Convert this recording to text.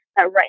right